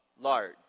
large